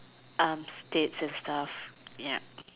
armed states and stuff ya